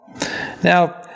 Now